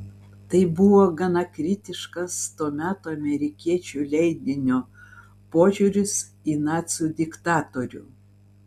tai buvo gana kritiškas to meto amerikiečių leidinio požiūris į nacių diktatorių